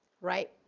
right